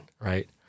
right